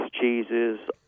cheeses